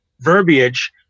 verbiage